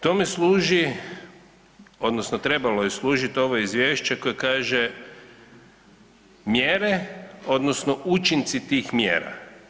Tome služi odnosno trebalo je služiti ovo izvješće koje kaže mjere odnosno učinci tih mjera.